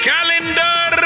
Calendar